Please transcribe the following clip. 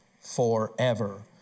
forever